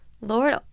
Lord